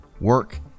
work